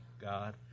God